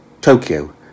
Tokyo